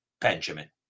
Benjamin